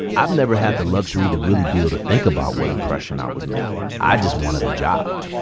i've never had the luxury to really be able to think about what impression i was making. i just wanted a job,